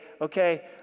okay